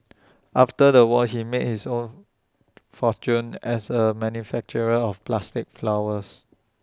after the war he made his own fortune as A manufacturer of plastic flowers